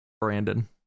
Brandon